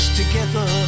together